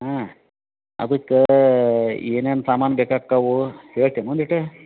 ಹಾಂ ಅದಕ್ಕೆ ಏನೇನು ಸಾಮಾನು ಬೇಕಾಗ್ತವೆ ಹೇಳ್ತಿ ಏನ್ ಒಂದಿಟು